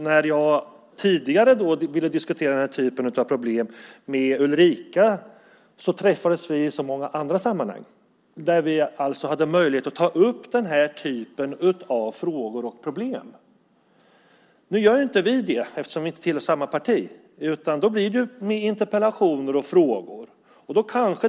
När jag tidigare behövde diskutera den här typen av problem med Ulrica Messing träffades vi i många olika sammanhang, och jag hade alltså möjlighet att ta upp den här typen av frågor och problem. Statsrådet och jag träffas inte på det sättet eftersom vi inte tillhör samma parti, utan det blir i stället i form av interpellationer och skriftliga frågor.